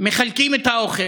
מחלקים את האוכל,